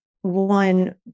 one